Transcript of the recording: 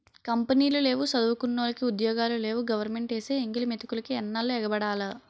కంపినీలు లేవు సదువుకున్నోలికి ఉద్యోగాలు లేవు గవరమెంటేసే ఎంగిలి మెతుకులికి ఎన్నాల్లు ఎగబడాల